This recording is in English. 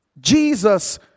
Jesus